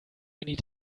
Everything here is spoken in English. need